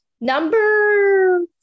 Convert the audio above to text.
Number